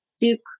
Duke